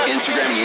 Instagram